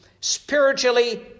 spiritually